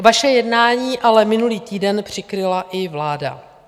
Vaše jednání ale minulý týden přikryla i vláda.